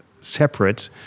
separate